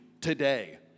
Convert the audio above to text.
today